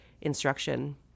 instruction